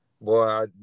Boy